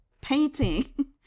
painting